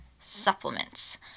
supplements